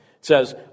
says